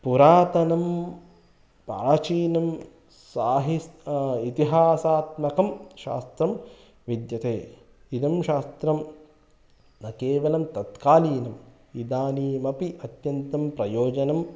पुरातनं प्राचीनं साहिस् इतिहासात्मकं शास्त्रं विद्यते इदं शास्त्रं न केवलं तत्कालीनम् इदानीमपि अत्यन्तं प्रयोजनं